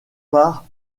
par